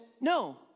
no